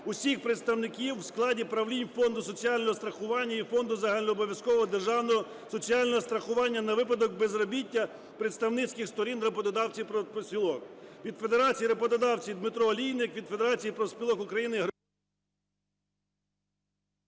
усіх представників у складі правлінь Фонду соціального страхування і Фонду загальнообов'язкового державного соціального страхування на випадок безробіття представницьких сторін роботодавців профспілок".